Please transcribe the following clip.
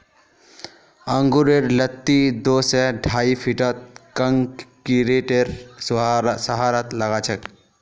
अंगूरेर लत्ती दो स ढाई फीटत कंक्रीटेर सहारात लगाछेक